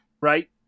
Right